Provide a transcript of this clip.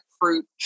fruit